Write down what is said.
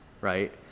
right